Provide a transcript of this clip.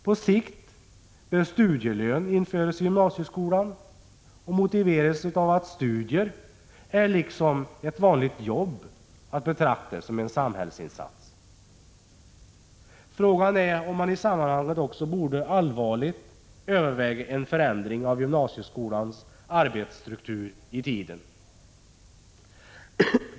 På sikt bör studielön införas i gymnasieskolan. Det motiveras av att studier, liksom ett vanligt jobb, är att betrakta som en samhällsinsats. Frågan är om man i sammanhanget också allvarligt borde överväga en förändring av gymnasieskolans arbetsstruktur i tiden.